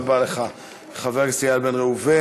תודה רבה לך, חבר הכנסת איל בן ראובן.